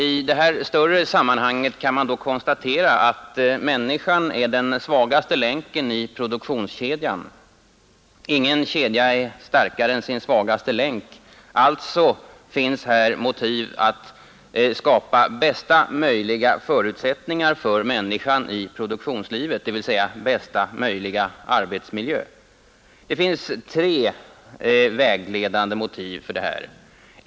I det större sammanhanget kan man konstatera att människan är den svagaste länken i produktionskedjan. Ingen kedja är starkare än sin svagaste länk. Alltså finns här motiv att skapa bästa möjliga förutsättningar för människan i produktionslivet, dvs. bästa möjliga arbetsmiljö. Det finns tre vägledande motiv för det här.